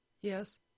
Yes